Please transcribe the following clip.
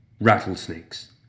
Rattlesnakes